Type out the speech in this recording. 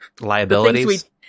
Liabilities